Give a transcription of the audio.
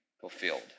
fulfilled